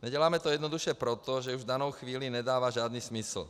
Neděláme to jednoduše proto, že už v danou chvíli nedává žádný smysl.